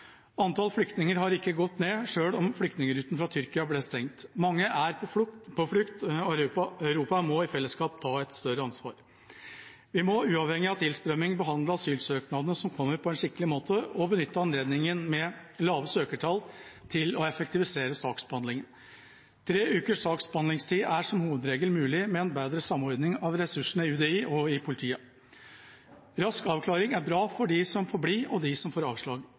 Antall flyktninger har ikke gått ned selv om flyktningruta fra Tyrkia ble stengt. Mange er på flukt, og Europa må i fellesskap ta et større ansvar. Vi må uavhengig av tilstrømming behandle asylsøknadene som kommer, på en skikkelig måte og benytte anledningen med lave søkertall til å effektivisere saksbehandlingen. Tre ukers saksbehandlingstid er som hovedregel mulig med en bedre samordning av ressursene i UDI og i politiet. Rask avklaring er bra for dem som får bli, og for dem som får avslag.